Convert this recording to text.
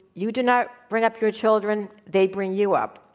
you do not bring up your children they bring you up.